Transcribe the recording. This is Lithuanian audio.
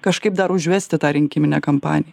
kažkaip dar užvesti tą rinkiminę kampaniją